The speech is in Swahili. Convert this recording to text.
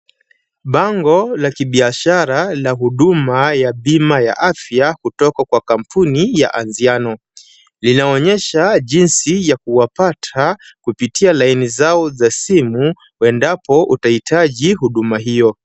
Bango la kibiashara la huduma ya bima ya afya kutoka kwa kampuni ya Anziano. Linaonyesha jinsi ya kuwapata kupitia laini zao za simu endapo utahitaji huduma hiyo.